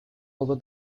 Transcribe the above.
over